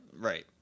Right